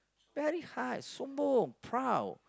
very hard sombong proud